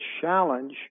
challenge